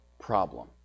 problem